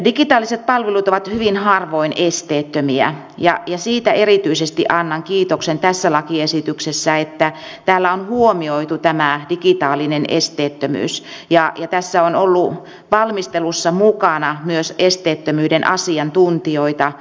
digitaaliset palvelut ovat hyvin harvoin esteettömiä ja siitä erityisesti annan kiitoksen tässä lakiesityksessä että täällä on huomioitu tämä digitaalinen esteettömyys ja tässä on ollut valmistelussa mukana myös esteettömyyden asiantuntijoita